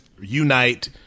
unite